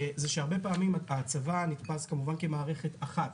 הרבה פעמים הצבא נתפס כמובן כמערכת אחת.